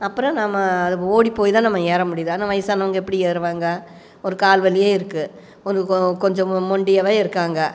அப்புறோம் நம்ம அது ஓடி போய்தான் நம்ம ஏற முடியிது ஆனால் வயசானவங்க எப்படி ஏறுவாங்க ஒரு கால் வலியே இருக்கு கொஞ்சம் நொண்டியாகவே இருக்காங்க